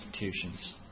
institutions